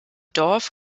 dorf